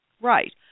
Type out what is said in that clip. Right